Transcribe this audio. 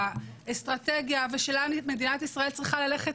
האסטרטגיה ולאן מדינת ישראל צריכה ללכת.